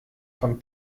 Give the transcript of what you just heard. von